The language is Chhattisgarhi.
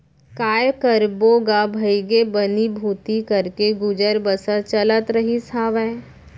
काय करबो गा भइगे बनी भूथी करके गुजर बसर चलत रहिस हावय